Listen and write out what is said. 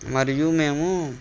మరియు మేము